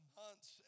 months